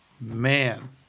Man